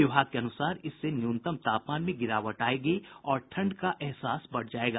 विभाग के अनुसार इससे न्यूनतम तापमान में गिरावट आयेगी और ठंड का एहसास बढ़ जायेगा